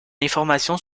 informations